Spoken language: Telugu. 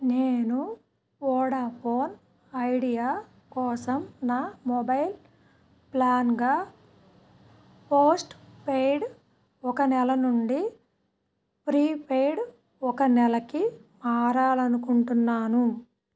నేను వోడాఫోన్ ఐడియా కోసం నా మొబైల్ ప్లాన్గా పోస్ట్పెయిడ్ ఒక నెల నుండి ప్రీపెయిడ్ ఒక నెలకి మారాలి అనుకుంటున్నాను